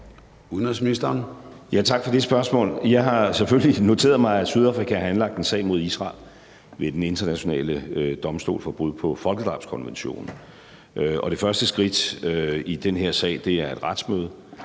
Rasmussen): Tak for det spørgsmål. Jeg har selvfølgelig noteret mig, at Sydafrika har anlagt en sag mod Israel ved Den Internationale Domstol for brud på folkedrabskonventionen. Det første skridt i den her sag er et retsmøde